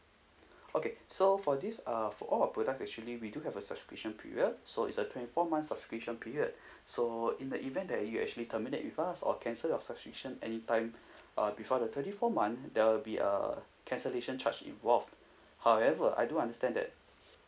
okay so for this uh for all our product actually we do have a subscription period so it's a twenty four months subscription period so in the event that you actually terminate with us or cancel your subscription any time uh before the twenty four month there will be a cancellation charge involved however I do understand that